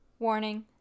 Warning